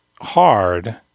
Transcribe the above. hard